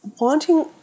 wanting